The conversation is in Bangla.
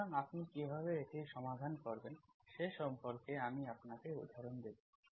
সুতরাং আপনি কীভাবে এটি সমাধান করবেন সে সম্পর্কে আমি আপনাকে উদাহরণ দেব